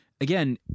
again